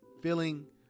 feeling